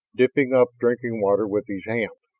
dipping up drinking water with his hand.